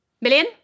Million